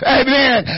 amen